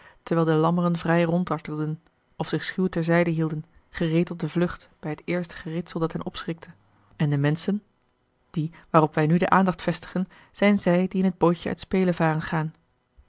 terwijl de lammeren vrij ronddartelden of zich schuw ter zijde hielden a l g bosboom-toussaint de vlugt bij het eerste geritsel dat hen opschrikte en de menschen die waarop wij nu de aandacht vestigen zijn zij die in het bootje uit spelevaren